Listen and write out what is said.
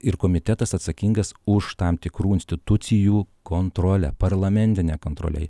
ir komitetas atsakingas už tam tikrų institucijų kontrolę parlamentinę kontrolę